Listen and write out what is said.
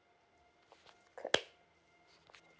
clap